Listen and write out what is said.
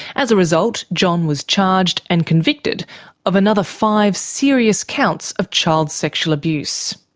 as a result, john was charged and convicted of another five serious counts of child sexual abuse.